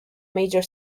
major